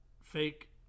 Fake